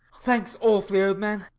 thanks awfully, old man.